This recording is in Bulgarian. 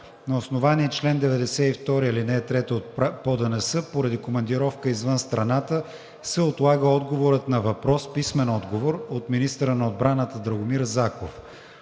На основание чл. 92, ал. 3 от ПОДНС, поради командировка извън страната, се отлага отговорът на въпрос с писмен отговор от министъра на отбраната Драгомир Заков.